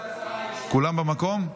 כולם במקום?